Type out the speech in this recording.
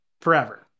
forever